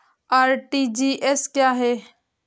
RTGS क्या है?